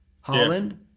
Holland